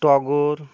টগর